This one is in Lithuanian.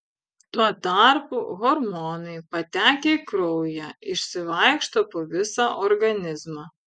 tuo tarpu hormonai patekę į kraują išsivaikšto po visą organizmą